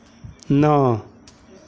नौ